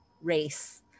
race